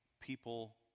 people